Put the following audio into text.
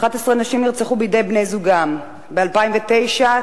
11 נשים נרצחו בידי בני-זוגן, ב-2009,